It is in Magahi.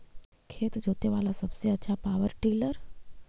खेत जोते बाला सबसे आछा पॉवर टिलर?